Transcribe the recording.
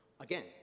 Again